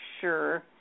sure